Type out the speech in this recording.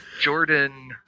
Jordan